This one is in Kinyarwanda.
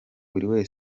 mubyo